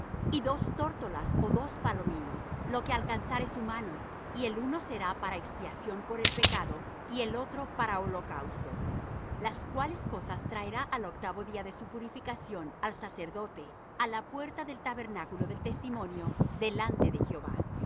y dos tórtolas ó dos palominos lo que alcanzare su mano y el uno será para expiación por el pecado y el otro para holocausto las cuales cosas traerá al octavo día de su purificación al sacerdote á la puerta del tabernáculo del testimonio delante de jehová